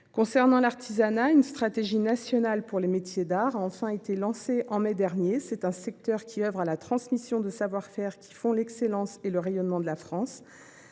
Sur l’artisanat, une stratégie nationale pour les métiers d’art a enfin été lancée en mai dernier. C’est un secteur qui œuvre à la transmission de savoir faire qui font l’excellence et le rayonnement de la France.